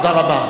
תודה רבה.